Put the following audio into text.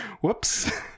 whoops